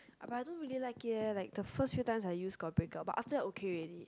but I don't really like it leh like the first few times I just got break up but after that okay already